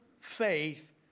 faith